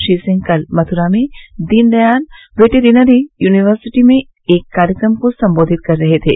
श्री सिंह कल मथुरा में Deen Dayal veterinary university में एक कार्यक्रम को संबेधित कर रहे थे